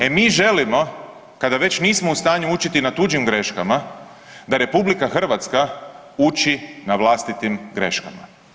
E, mi želimo, kada već nismo u stanju učiti na tuđim greškama, da RH uči na vlastitim greškama.